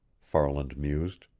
farland mused.